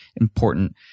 important